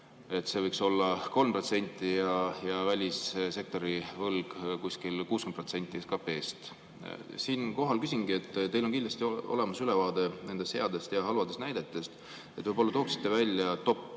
et see võiks olla 3% ja välissektori võlg kuskil 60% SKP-st. Siinkohal küsingi, et teil on kindlasti olemas ülevaade headest ja halbadest näidetest. Võib-olla te tooksite väljatop3